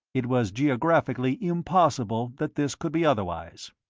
it was geographically impossible that this could be otherwise.